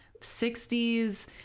60s